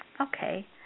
Okay